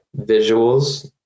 visuals